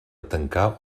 tancar